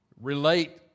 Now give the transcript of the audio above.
relate